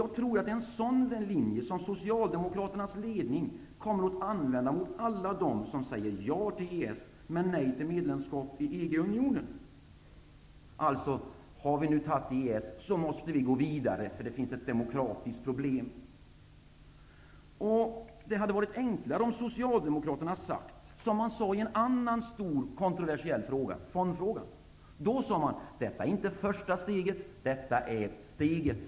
Jag tror att det är en sådan linje som Socialdemokraternas ledning kommer att använda mot alla dem som säger ja till EES, men nej till medlemskap i EG-unionen. Om vi har beslutat om EES måste vi gå vidare. Det finns ett demokratiskt problem. Det hade varit enklare om Socialdemokraterna hade gjort som man gjorde i en annan kontroversiell fråga, nämligen fondfrågan. Då sade man att: ''Detta är inte första steget, detta är steget''.